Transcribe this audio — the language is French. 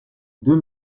deux